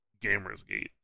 Gamersgate